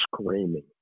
screaming